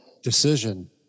decision